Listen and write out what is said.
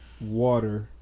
water